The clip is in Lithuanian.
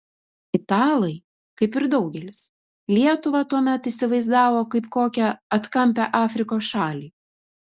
italai kaip ir daugelis lietuvą tuomet įsivaizdavo kaip kokią atkampią afrikos šalį